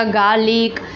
garlic